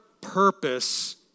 purpose